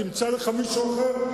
תמצא לך מישהו אחר,